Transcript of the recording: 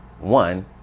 one